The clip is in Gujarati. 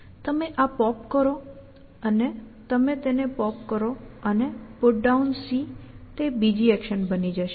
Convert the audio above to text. તમે આ પોપ કરો અને તમે તેને પોપ કરો અને PutDown તે બીજી એક્શન બની જશે